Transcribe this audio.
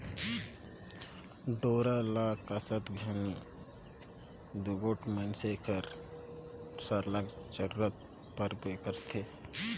डोरा ल कसत घनी दूगोट मइनसे कर सरलग जरूरत परबे करथे